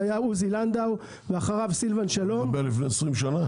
זה היה עוזי לנדאו ואחריו סילבן שלום --- אתה מדבר על לפני 20 שנה?